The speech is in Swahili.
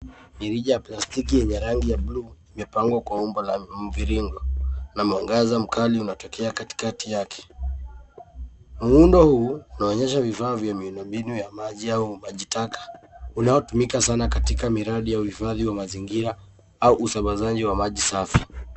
Mirija ya plastiki yenye rangi na buluu imepangwa kwa umbo la mviringo na mwangaza mkali unatokea katikati yake. Muundo huu unaonyesha vifaa vya miundo mbinu ya maji au maji taka unaotumika sana katika miradi ya uhifadhi wa mazingira au usambazaji wa maji safi.